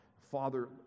Father